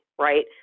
right